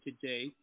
today